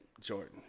Jordan